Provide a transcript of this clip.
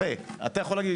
אתה יכול להגיד לי,